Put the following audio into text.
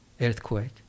earthquake